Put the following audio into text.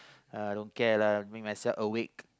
uh don't care lah make myself awake